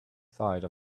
side